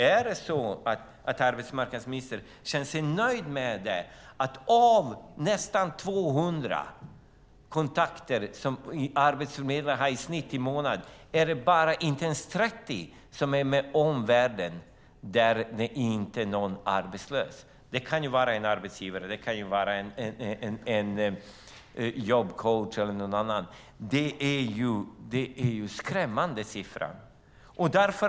Är det så att arbetsmarknadsministern känner sig nöjd med att av nästan 200 kontakter som arbetsförmedlarna har i snitt i månaden är det inte ens 30 som är med omvärlden där det inte är någon arbetslös? Det kan vara en arbetsgivare, en jobbcoach eller någon annan. Det är skrämmande siffror.